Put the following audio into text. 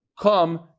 come